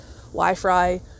Wi-Fi